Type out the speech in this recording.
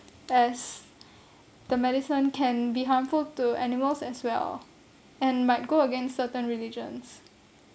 as the medicine can be harmful to animals as well and might go against certain religions